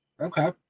Okay